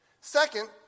Second